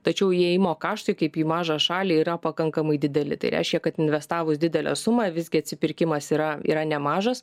tačiau įėjimo kaštai kaip į mažą šalį yra pakankamai dideli tai reiškia kad investavus didelę sumą visgi atsipirkimas yra yra nemažas